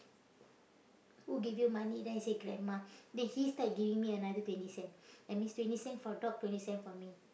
who give you money then I say grandma then he start giving me another twenty that means twenty cent for dog twenty cent for me